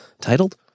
titled